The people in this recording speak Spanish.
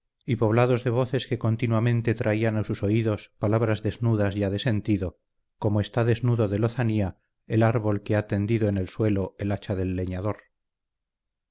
y poblados de voces que continuamente traían a sus oídos palabras desnudas ya de sentido como está desnudo de lozanía el árbol que ha tendido en el suelo el hacha del leñador